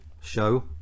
show